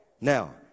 Now